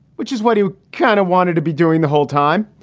which is what he kind of wanted to be doing the whole time.